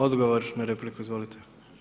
Odgovor na repliku, izvolite.